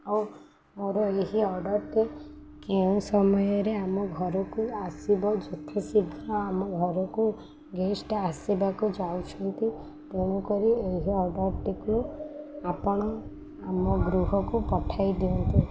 ହଉ ମୋର ଏହି ଅର୍ଡ଼ର୍ଟି କେଉଁ ସମୟରେ ଆମ ଘରକୁ ଆସିବ ଯେତେ ଶୀଘ୍ର ଆମ ଘରକୁ ଗେଷ୍ଟ ଆସିବାକୁ ଯାଉଛନ୍ତି ତେଣୁକରି ଏହି ଅର୍ଡ଼ର୍ଟିକୁ ଆପଣ ଆମ ଗୃହକୁ ପଠାଇ ଦିଅନ୍ତୁ